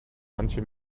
manche